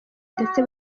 ndetse